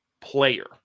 player